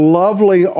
lovely